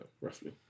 roughly